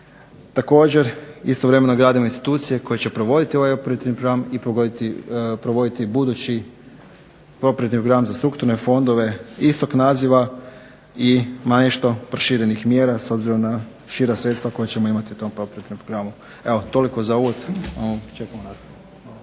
Također, istovremeno gradimo institucije koje će provoditi ovaj operativni program i provoditi budući operativni program za strukturne fondove istog naziva i ima nešto proširenih mjera s obzirom na šira sredstva koja ćemo imati u tom operativnom programu. Evo, toliko za uvod. Čekamo raspravu.